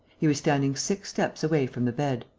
he was standing six steps away from the bed,